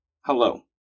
Hello